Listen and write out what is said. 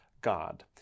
God